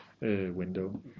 window